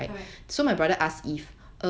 correct